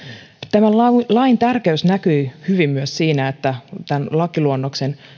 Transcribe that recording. tämän lain tärkeys näkyi hyvin myös siinä että tämän lakiluonnoksen